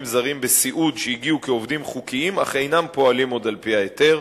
זרים בסיעוד שהגיעו כעובדים חוקיים אך אינם פועלים על-פי ההיתר,